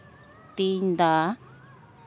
ᱛᱤᱧᱫᱟ